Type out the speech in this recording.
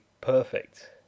perfect